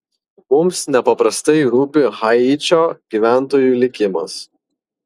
mums nepaprastai rūpi haičio gyventojų likimas